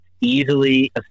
easily